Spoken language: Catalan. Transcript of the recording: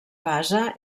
basa